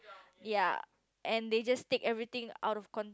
ya and they just take everything out of cont~